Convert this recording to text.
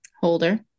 Holder